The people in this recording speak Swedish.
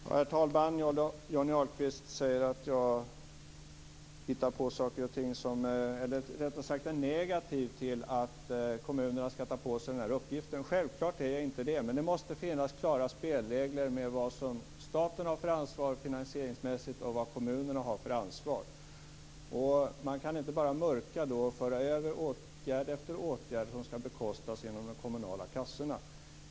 Herr talman! Johnny Ahlqvist säger att jag är negativ till att kommunerna skall ta på sig den här uppgiften. Självklart är jag inte det men det måste finnas klara spelregler om vilket ansvar staten finansieringsmässigt har och om vilket ansvar kommunerna har. Man kan inte bara mörka och föra över åtgärd efter åtgärd som skall bekostas genom de kommunala kassorna.